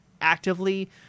actively